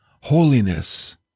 holiness